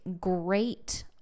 great